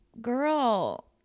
girl